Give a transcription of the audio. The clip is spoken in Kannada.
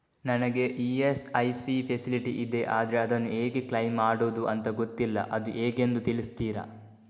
ನನಗೆ ಇ.ಎಸ್.ಐ.ಸಿ ಫೆಸಿಲಿಟಿ ಇದೆ ಆದ್ರೆ ಅದನ್ನು ಹೇಗೆ ಕ್ಲೇಮ್ ಮಾಡೋದು ಅಂತ ಗೊತ್ತಿಲ್ಲ ಅದು ಹೇಗೆಂದು ತಿಳಿಸ್ತೀರಾ?